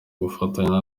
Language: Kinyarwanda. gufatanya